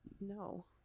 no